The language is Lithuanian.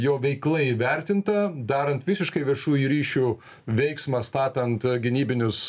jo veikla įvertinta darant visiškai viešųjų ryšių veiksmą statant gynybinius